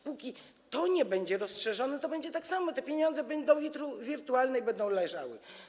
Póki to nie będzie rozszerzone, to będzie tak samo, bo te pieniądze będą wirtualne, będą leżały.